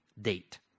date